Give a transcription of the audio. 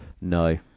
no